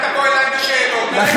אל תבוא אליי בשאלות, לך אליו.